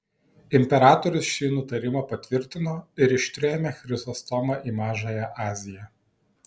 imperatorius šį nutarimą patvirtino ir ištrėmė chrizostomą į mažąją aziją